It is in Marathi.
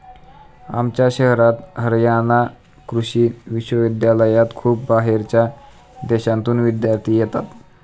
आमच्या शहरात हरयाणा कृषि विश्वविद्यालयात खूप बाहेरच्या देशांतून विद्यार्थी येतात